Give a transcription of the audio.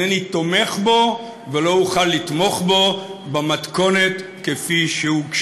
אינני תומך בו ולא אוכל לתמוך בו במתכונת שהוגשה.